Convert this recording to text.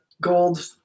gold